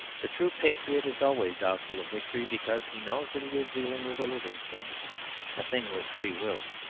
the true patriot is always doubtful of victory because he knows that he is dealing with a living thing a thing with free will.